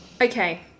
Okay